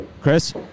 Chris